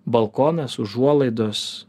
balkonas užuolaidos